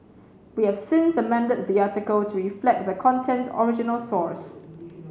we have since amended the article to reflect the content's original source